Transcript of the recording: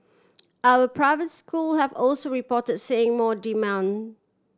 other private school have also reported seeing more demand